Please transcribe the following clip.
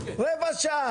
רבע שעה.